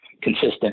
consistent